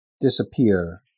disappear